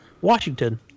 Washington